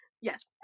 Yes